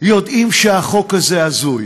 יודעים שהחוק הזה הזוי,